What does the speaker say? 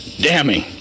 damning